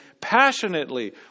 passionately